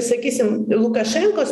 sakysim lukašenkos